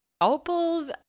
Opals